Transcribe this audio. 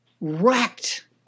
wrecked